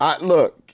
Look